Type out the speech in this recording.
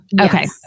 Okay